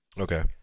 Okay